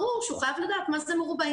ברור שהוא חייב לדעת מה זה מרובעים.